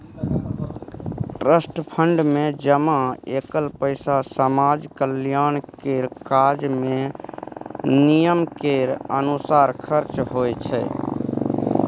trust fund मे जमा कएल पैसा समाज कल्याण केर काज मे नियम केर अनुसार खर्च होइ छै